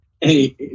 Hey